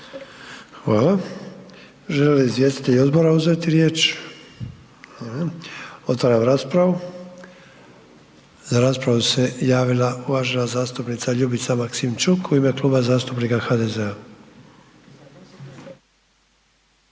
Hvala. Žele li izvjestitelji odbora uzeti riječ? Otvaram raspravu. Za raspravu se javila uvažena zastupnica Ljubica Maksimčuk u ime Kluba zastupnika HDZ-a.